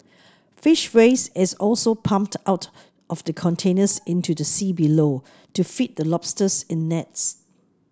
fish waste is also pumped out of the containers into the sea below to feed the lobsters in nets